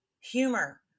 humor